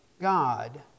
God